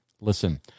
Listen